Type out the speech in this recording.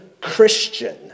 Christian